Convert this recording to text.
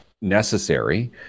necessary